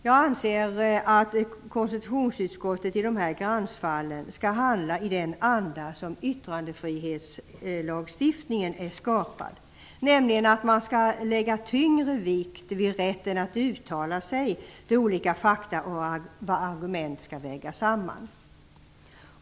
Jag anser att konstitutionsutskottet i dessa gränsfall skall handla i den anda som yttrandefrihetslagstiftningen är skapad, nämligen att man skall lägga tyngre vikt vid rätten att uttala sig om olika fakta och att argument skall vägas samman.